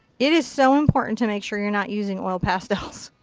it is so important to make sure you're not using oil pastels.